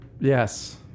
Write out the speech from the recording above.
Yes